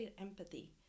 empathy